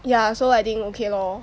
ya so I think okay lor